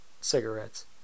cigarettes